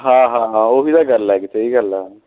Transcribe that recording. ਹਾਂ ਹਾਂ ਉਹੀ ਤਾਂ ਗੱਲ ਹੈ ਕਿ ਸਹੀ ਗੱਲ ਆ